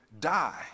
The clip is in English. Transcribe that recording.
die